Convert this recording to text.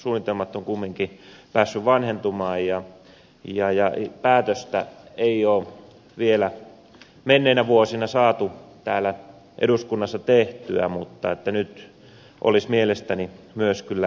suunnitelmat ovat kumminkin päässeet vanhentumaan ja päätöstä ei ole vielä menneinä vuosina saatu täällä eduskunnassa tehtyä mutta nyt olisi mielestäni myös kyllä sen aika